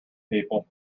people